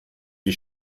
die